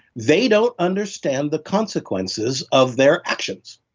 they don't understand the consequences of their actions.